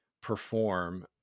perform